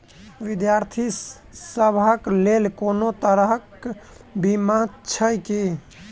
विद्यार्थी सभक लेल कोनो तरह कऽ बीमा छई की?